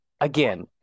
again